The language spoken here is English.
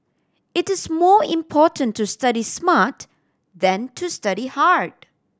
it is more important to study smart than to study hard